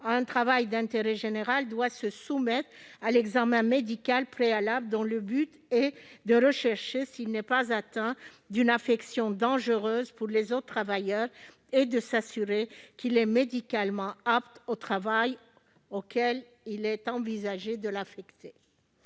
un travail d'intérêt général doit se soumettre à un examen médical préalable, dans le but de rechercher si elle n'est pas atteinte d'une affection dangereuse pour les autres travailleurs et de s'assurer qu'elle est médicalement apte au travail auquel il est envisagé de l'affecter.